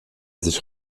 sich